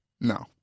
No